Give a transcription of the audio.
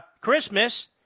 Christmas